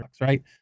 right